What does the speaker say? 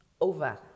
over